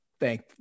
thank